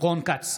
רון כץ,